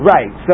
Right